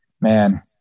man